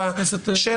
לא.